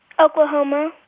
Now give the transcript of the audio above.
Oklahoma